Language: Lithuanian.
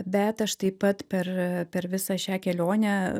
bet aš taip pat per per visą šią kelionę